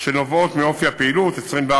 שנובעות מאופי הפעילות, 24